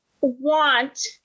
want